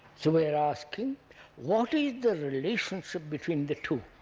so we are asking what is the relationship between the two,